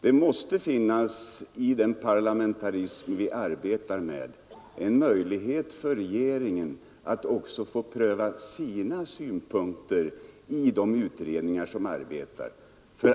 Det måste i den parlamentarism vi arbetar med finnas möjlighet för regeringen att också få pröva sina synpunkter i de utredningar som arbetar;